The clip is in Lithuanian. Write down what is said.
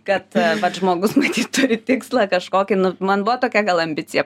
kad pats žmogus matyt turi tikslą kažkokį nu man buvo tokia gal ambicija